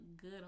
good